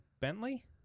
Bentley